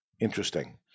Interesting